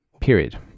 period